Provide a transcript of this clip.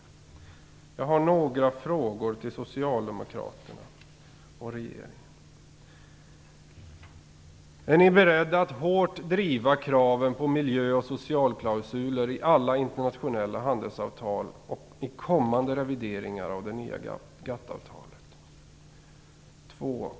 Jag har några frågor till Socialdemokraterna och regeringen. 1. Är ni beredda att hårt driva kraven på miljöoch socialklausuler i alla internationella handelsavtal i kommande revideringar av det nya GATT-avtalet? 2.